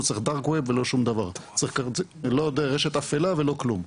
לא דרך רשת אפלה ולא כלום,